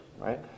right